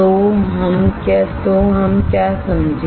तो तो हम क्या समझे